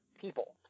people